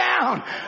down